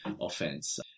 offense